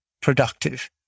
productive